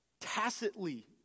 tacitly